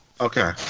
Okay